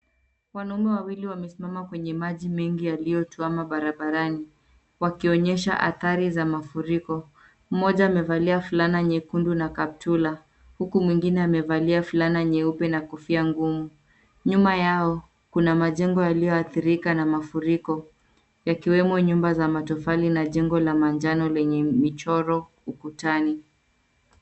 Wanaume wawili wamesimama kwenye maji mengi yaliyotuama barabarani wakionyesha athari za mafuriko. Mmoja amevalia fulana nyekundu na kaptula, huku mwengine amevalia fulana nyeupe na kofia ngumu. Nyuma yao, kuna majengo yaliyoathirika na mafuriko yakiwemo nyumba za matofali na jengo la manjano lenye michoro ukutani.